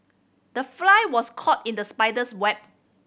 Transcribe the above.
the fly was caught in the spider's web